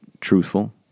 truthful